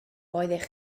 roeddech